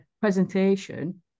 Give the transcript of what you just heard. presentation